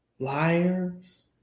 liars